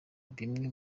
bimwe